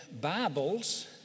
Bibles